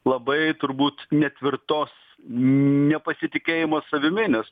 labai turbūt netvirtos nepasitikėjimo savimi nes